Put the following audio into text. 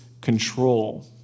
Control